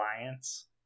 alliance